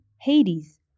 Hades